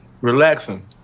Relaxing